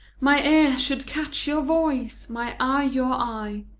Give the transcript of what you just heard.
my ear should catch your voice, my eye your eye,